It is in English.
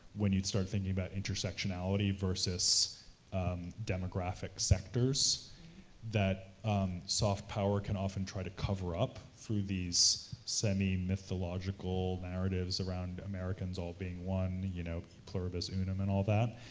when you start thinking about intersectionality versus demographic sectors that soft power can often try to cover up through these semi-mythological narratives around americans all being one. e you know pluribus unum, and all that.